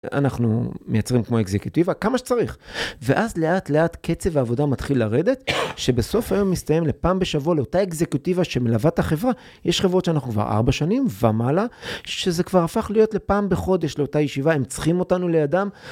אנחנו מייצרים כמו אקזקיוטיבה, כמה שצריך. ואז לאט-לאט קצב העבודה מתחיל לרדת, שבסוף היום מסתיים לפעם בשבוע לאותה אקזקיוטיבה שמלווה את החברה. יש חברות שאנחנו כבר ארבע שנים ומעלה, שזה כבר הפך להיות לפעם בחודש לאותה ישיבה, הם צריכים אותנו לידם.